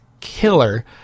killer